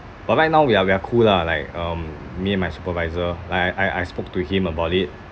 but right now we are we are cool lah like um me and my supervisor like I I spoke to him about it